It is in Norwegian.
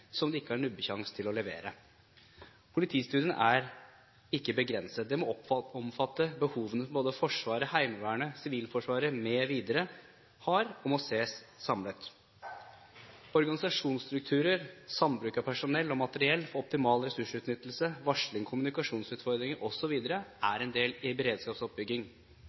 som de ikke har nubbesjanse til å levere. Politistudien må ikke begrenses. Den må omfatte behovene både Forsvaret, Heimevernet, Sivilforsvaret mv. har, og må ses samlet. Organisasjonsstrukturer, sambruk av personell og materiell for optimal ressursutnyttelse, varsling og kommunikasjonsutfordringer osv. er del av beredskapsoppbyggingen. En